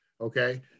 okay